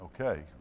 okay